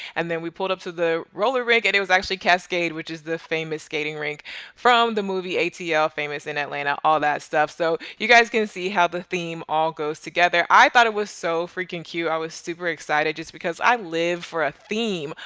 and then we pulled up to the roller rink and it was actually cascade, which is the famous skating rink from the movie atl, famous in atlanta. all that stuff, so, you guys can see how the theme all goes together. i thought it was so freaking cute. i was super excited just because i live for a theme.